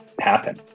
happen